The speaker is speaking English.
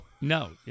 No